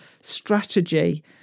Strategy